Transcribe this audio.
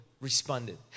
responded